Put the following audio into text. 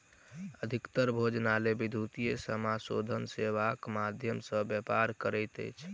अधिकतम भोजनालय विद्युतीय समाशोधन सेवाक माध्यम सॅ व्यापार करैत अछि